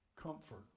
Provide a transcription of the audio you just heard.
comfort